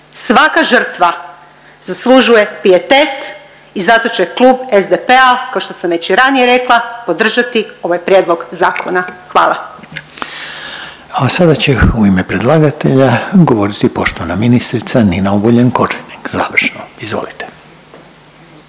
Svaka žrtva zaslužuje pijetet i zato će Klub SDP-a, kao što sam već i ranije rekla, podržati ovaj prijedlog zakona. Hvala. **Reiner, Željko (HDZ)** A sada će u ime predlagatelja govoriti poštovana ministrica Nina Obuljen Koržinek završno, izvolite.